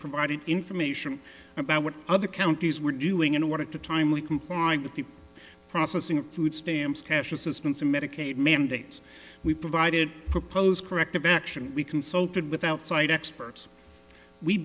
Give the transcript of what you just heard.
provided information about what other counties were doing in order to timely comply with the processing of food stamps cash assistance and medicaid mandates we provided propose corrective action we consulted with outside experts we